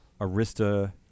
arista